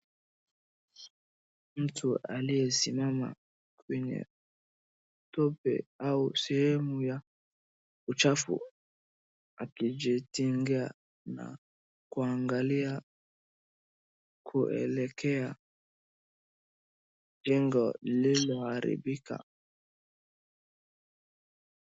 Mtu alliyesimama kwenye tope au sehemu ya uchafu akijitingia na kuangalia kuelekea jengo lililoharibika.